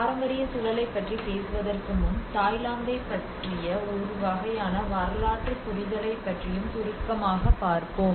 பாரம்பரிய சூழலைப் பற்றி பேசுவதற்கு முன் தாய்லாந்தைப் பற்றிய ஒரு வகையான வரலாற்று புரிதலைப் பற்றியும் சுருக்கமாகப் பார்ப்போம்